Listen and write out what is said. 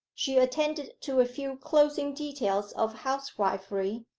she attended to a few closing details of housewifery,